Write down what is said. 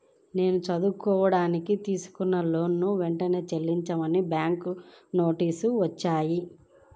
నేను చదువుకోడానికి తీసుకున్న లోనుని వెంటనే చెల్లించమని బ్యాంకు నోటీసులు వచ్చినియ్యి